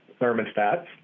thermostats